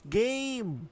game